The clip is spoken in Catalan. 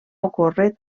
ocórrer